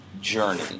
journey